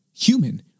human